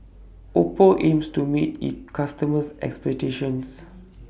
Oppo aims to meet its customers' expectations